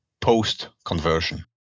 post-conversion